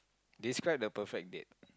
describe the perfect date